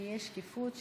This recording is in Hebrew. שתהיה שקיפות,